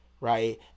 Right